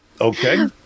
Okay